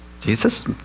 Jesus